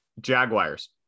Jaguars